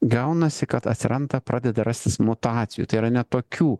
gaunasi kad atsiranda pradeda rastis mutacijų tai yra ne tokių